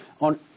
on